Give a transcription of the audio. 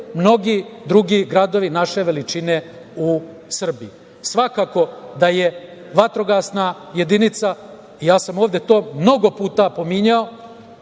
mnogi drugi gradovi naše veličine u Srbiji. Svakako da je vatrogasna jedinica, i ja sam to mnogo puta pominjao,